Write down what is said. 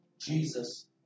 Jesus